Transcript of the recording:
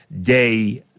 day